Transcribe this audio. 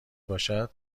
باشد